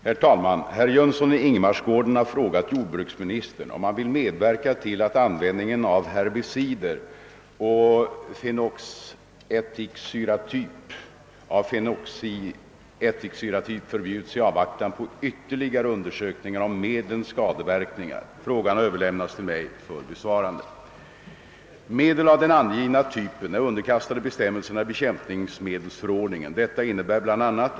Herr talman! Herr Jönsson i Ingemarsgården har frågat jordbruksministern om han vill medverka till att användningen av herbicider av fenoxiättiksyratyp förbjuds i avvaktan på ytterligare undersökningar om medlens skadeverkningar. Frågan har överlämnats till mig för besvarande. Medel av den angivna typen är underkastade bestämmelserna i bekämpningsmedelsförordningen. Detta innebär bla.